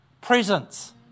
presence